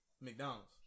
McDonald's